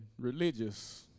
religious